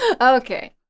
Okay